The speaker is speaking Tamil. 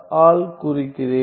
ஆல் குறிக்கிறேன்